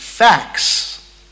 Facts